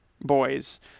boys